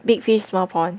big fish small pond